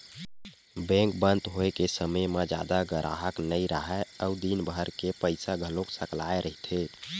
bank बंद होए के समे म जादा गराहक नइ राहय अउ दिनभर के पइसा घलो सकलाए रहिथे